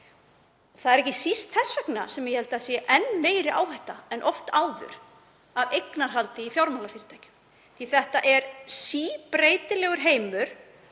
Það er ekki síst þess vegna sem ég held að það sé enn meiri áhætta en oft áður af eignarhaldi í fjármálafyrirtækjum. Þetta er síbreytilegur heimur